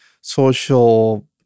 social